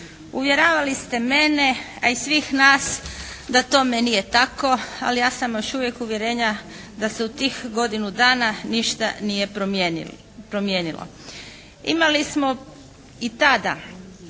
Uvjeravali ste mene a i svih nas da tome nije tako, ali ja sam još uvijek uvjerenja da se u tih godinu dana ništa nije promijenilo. Imali smo i tada